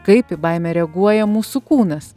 kaip į baimę reaguoja mūsų kūnas